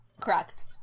correct